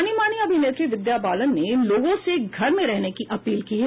जानी मानी अभिनेत्री विद्या बालन ने लोगों से घर में रहने की अपील की है